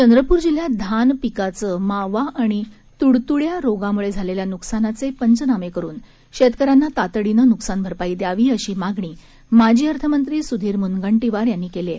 चंद्रपूर जिल्ह्यात धान पिकाचं मावा आणि तूडतूड्यामुळे झालेल्या नुकसानाचे पंचनामे करून शेतकऱ्यांना तातडीनं नुकसान भरपाई द्यावी अशी मागणी माजी अर्थमंत्री सुधीर मुनगंटीवार यांनी केली आहे